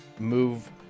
Move